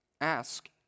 Ask